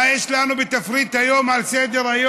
מה יש לנו בתפריט היום על סדר-היום,